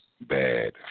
bad